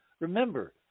remember